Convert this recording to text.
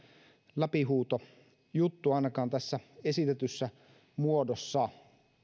läpihuutojuttu ainakaan tässä esitetyssä muodossa